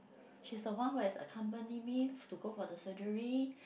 she's the one who has accompany me to go for the surgery